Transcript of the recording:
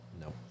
No